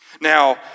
Now